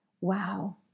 wow